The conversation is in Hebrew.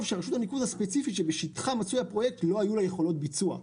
שלרשות הניקוז הספציפית שבשטחה מצוי הפרויקט לא היו יכולות ביצוע.